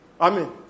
Amen